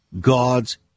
God's